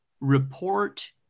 report